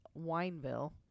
Wineville